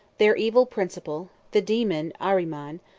their evil principle, the daemon ahriman,